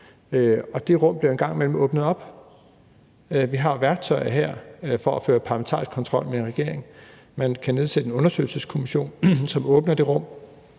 Det rum bliver en gang imellem åbnet. Vi har jo værktøjer her til at føre parlamentarisk kontrol med regeringen. Man kan nedsætte en undersøgelseskommission, som åbner det rum.